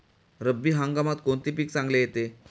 रब्बी हंगामात कोणते पीक चांगले येते?